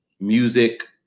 music